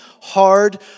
hard